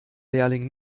lehrling